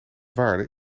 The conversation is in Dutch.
waarde